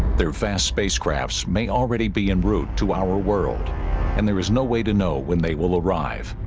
they're fast spacecrafts may already be enroute to our world and there is no way to know when they will arrive